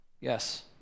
Yes